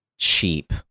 Cheap